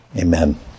Amen